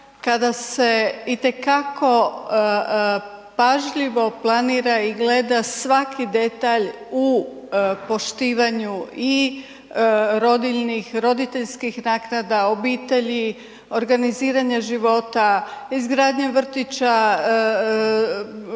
kada se itekako pažljivo planira i gleda svaki detalj u poštivanju i rodiljnih, roditeljskih naknada, obitelji, organiziranja života, izgradnje vrtića,